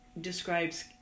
describes